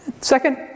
Second